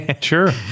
Sure